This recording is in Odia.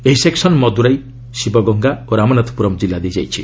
ଏହି ସେକ୍ସନ ମଦୁରାଇ ଶିବଗଙ୍ଗା ଓ ରାମନାଥପୁରମ୍ ଜିଲ୍ଲା ଦେଇ ଯାଇଛି